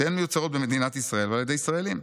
שתיהן מיוצרות במדינת ישראל ועל ידי ישראלים.